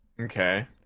Okay